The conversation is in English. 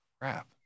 crap